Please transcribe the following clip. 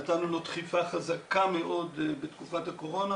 נתנו לו דחיפה חזקה מאוד בתקופת הקורונה